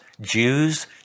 Jews